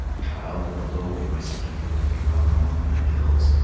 child of the low-voiced people who dwell among the hills,